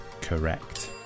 Correct